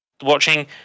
watching